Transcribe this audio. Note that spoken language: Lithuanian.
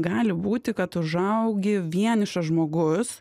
gali būti kad užaugi vienišas žmogus